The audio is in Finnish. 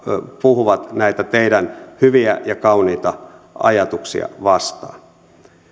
puhuvat näitä teidän hyviä ja kauniita ajatuksianne vastaan